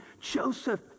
Joseph